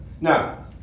Now